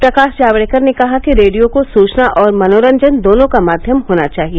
प्रकाश जावडेकर ने कहा कि रेडियो को सूचना और मनोरंजन दोनों का माध्यम होना चाहिए